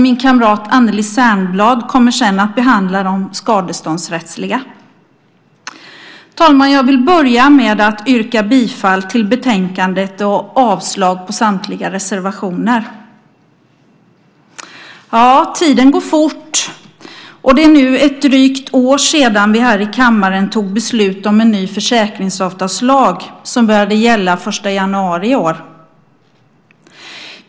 Min kamrat Anneli Särnblad kommer sedan att behandla de skadeståndsrättsliga. Fru talman! Jag vill börja med att yrka bifall till förslaget i betänkandet och avslag på samtliga reservationer. Tiden går fort. Det är nu ett drygt år sedan vi här i kammaren tog beslut om en ny försäkringsavtalslag som började gälla den 1 januari i år.